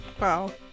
Wow